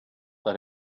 that